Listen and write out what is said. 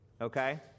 okay